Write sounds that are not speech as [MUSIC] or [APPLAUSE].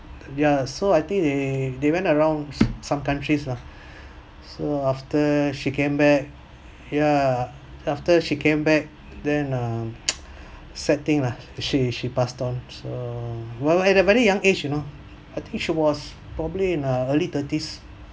ya so I think they they went around some countries lah so after she came back yeah after she came back then uh [NOISE] sad thing lah she she passed on so well at a very young age you know I think she was probably in her early thirties